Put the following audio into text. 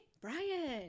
Brian